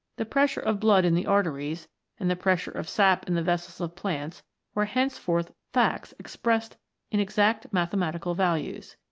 the pressure of blood in the arteries and the pressure of sap in the vessels of plants were henceforth facts ex pressed in exact mathematical values.